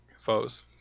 Foes